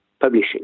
publishing